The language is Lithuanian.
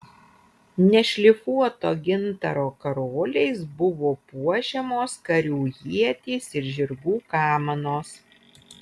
nešlifuoto gintaro karoliais buvo puošiamos karių ietys ir žirgų kamanos